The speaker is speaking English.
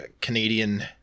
Canadian